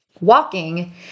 walking